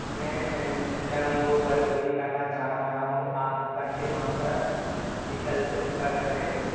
मैं फैन्डंगो पर बुकिंग करना चाह रहा हूँ आप भुगतान के कौन सा विकल्प स्वीकार करते हैं